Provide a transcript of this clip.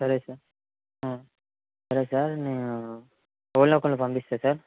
సరే సార్ సరే సార్ నేను ఎవరినో ఒకర్ని పంపిస్తాను సార్